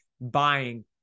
buying